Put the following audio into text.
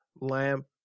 lamp